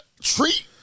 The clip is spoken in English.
treat